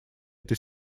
этой